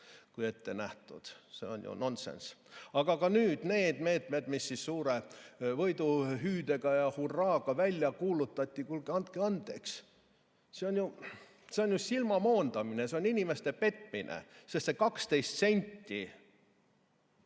on ette nähtud. See on ju nonsenss. Aga ka need meetmed, mis suure võiduhüüde ja hurraaga välja kuulutati – no kuulge, andke andeks. See on ju silmamoondamine, see on inimeste petmine. See 12 senti